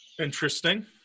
Interesting